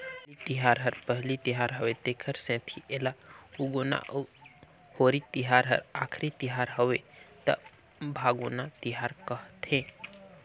हरेली तिहार हर पहिली तिहार हवे तेखर सेंथी एला उगोना अउ होरी तिहार हर आखरी तिहर हवे त भागोना तिहार कहथें